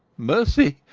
mercy!